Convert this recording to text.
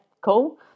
cool